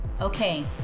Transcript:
Okay